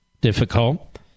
difficult